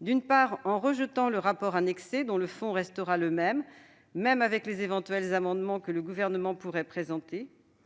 D'une part, en rejetant le rapport annexé, dont le fond restera inchangé même avec les éventuels amendements que le Gouvernement pourrait présenter.